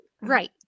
Right